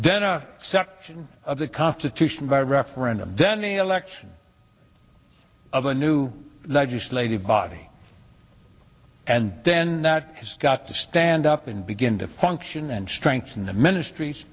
then a section of the constitution by referendum then the election of a new legislative body and then that has got to stand up and begin to function and strengthen the ministries